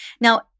Now